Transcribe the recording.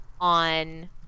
on